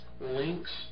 links